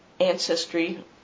ancestry